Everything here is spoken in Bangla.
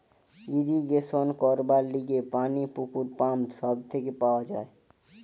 ইরিগেশন করবার লিগে পানি পুকুর, পাম্প সব থেকে পাওয়া যায়